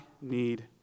need